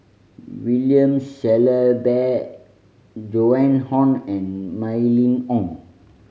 William Shellabear Joan Hon and Mylene Ong